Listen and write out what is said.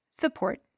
support